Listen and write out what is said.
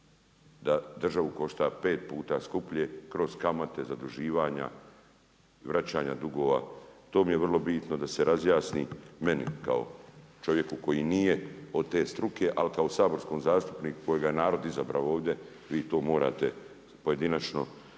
da državu košta pet puta skuplje kroz kamate, zaduživanja, vraćanja dugova. To mi je vrlo bitno da mi se razjasni meni kao čovjeku koji nije od te struke, ali kao saborskom zastupniku kojega je narod izabrao ovdje vi to morate pojedinačno svi